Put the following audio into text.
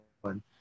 one